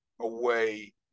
away